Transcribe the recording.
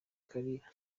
kalira